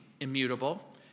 immutable